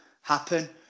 happen